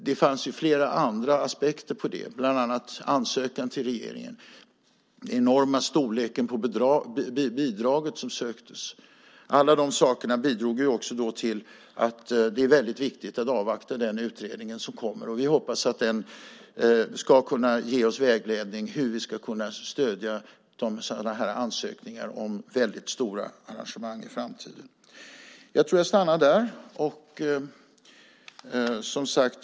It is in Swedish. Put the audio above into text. Det fanns ju flera aspekter på det, bland annat ansökan till regeringen och den enorma storleken på det bidrag som söktes. Alla de sakerna bidrog också till att det ansågs väldigt viktigt att avvakta den utredning som kommer. Vi hoppas att den ska kunna ge oss vägledning för hur vi ska kunna stödja ansökningar om väldigt stora arrangemang i framtiden.